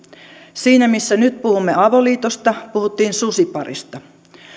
siinä missä nyt puhumme avoliitosta puhuttiin susiparista